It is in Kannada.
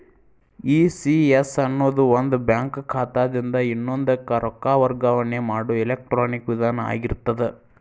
ಇ.ಸಿ.ಎಸ್ ಅನ್ನೊದು ಒಂದ ಬ್ಯಾಂಕ್ ಖಾತಾದಿನ್ದ ಇನ್ನೊಂದಕ್ಕ ರೊಕ್ಕ ವರ್ಗಾವಣೆ ಮಾಡೊ ಎಲೆಕ್ಟ್ರಾನಿಕ್ ವಿಧಾನ ಆಗಿರ್ತದ